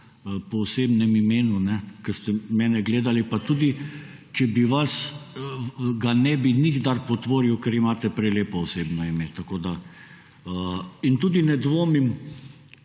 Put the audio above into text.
po osebnem imenu. Ker ste mene gledali. Pa tudi če bi vas, ga nebi nikdar potvoril, ker imate prelepo osebno ime. In tudi ne dvomim,